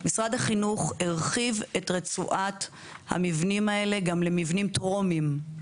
משרד החינוך הרחיב את רצועת המבנים האלה גם למבנים טרומיים,